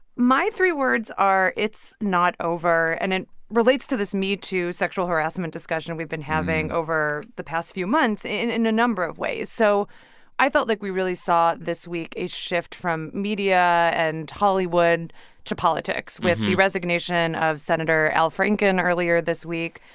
my three words are, it's not over. and it relates to this metoo sexual harassment discussion we've been having over the past few months in in a number of ways. so i felt like we really saw, this week, a shift from media and hollywood to politics with the resignation of senator al franken earlier this week,